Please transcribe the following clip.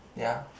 ya